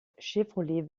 chevrolet